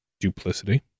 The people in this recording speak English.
Duplicity